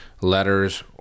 letters